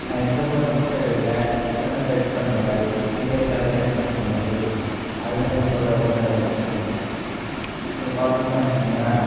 நான் இந்த ஃபோட்டோ மட்டும் எடுக்கலை சன்னை டச் பண்ணுற மாதிரி ஃபிங்கர்ஸால் டச் பண்ணுற மாதிரி அது மாதிரி ஃபோட்டோ கூட நான் எடுத்து இருக்கேன் இது பார்த்தீங்கன்னா வச்சிங்களேன்